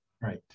right